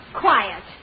quiet